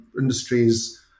industries